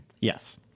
Yes